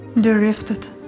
drifted